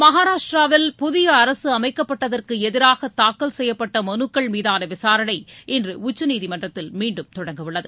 மகாராஷ்ட்ராவில் புதிய அரசு அமைக்கப்பட்டதற்கு எதிராக தாக்கல் செய்யப்பட்ட மனுக்கள் மீதான விசாரணை இன்று மீண்டும் தொடங்கவுள்ளது